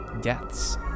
deaths